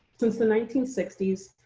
since the nineteen sixty s,